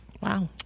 Wow